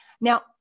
Now